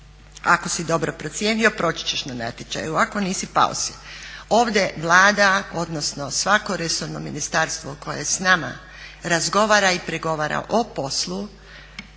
Ako si dobro procijenio proći ćeš na natječaju, ako nisi pao si. Ovdje Vlada odnosno svako resorno ministarstvo koje s nama razgovara i pregovara o poslu